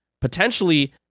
potentially